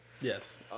Yes